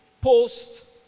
post